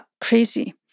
crazy